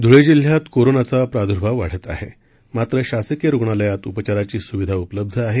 धुळे जिल्ह्यात कोरोनाचा प्रादुर्भाव वाढत आहे मात्र शासकीय रुग्णालयात उपचाराची सुविधा उपलब्ध आहे